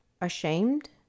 ashamed